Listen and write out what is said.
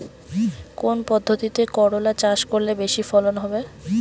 কোন পদ্ধতিতে করলা চাষ করলে বেশি ফলন হবে?